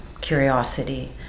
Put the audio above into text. curiosity